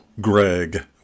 Greg